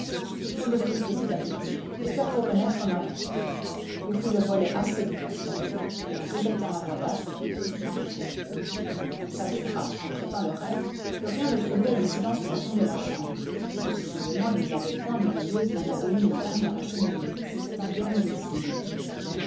il faut l'ouvrir petit à petit et faire reconnaître ma voix il ouvrit le volet assez pour passer la tête et en répétant à voix basse c'est un ami il s'assura en prêtant l'oreille que rien ne troublait le silence profond de la chambre mais décidément il n'y avait point de veilleuse même à demi éteinte dans la cheminée c'était un bien mauvais signe